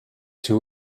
two